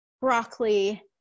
broccoli